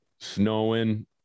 snowing